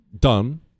done